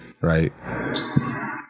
right